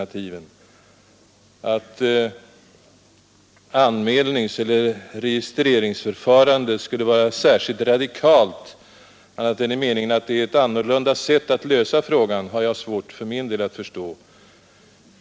Att ett anmälningseller registreringsförfarande skulle vara något särskilt radikalt, annat än i den meningen att det är ett i och för sig annorlunda sätt att lösa frågan, har jag svårt att förstå.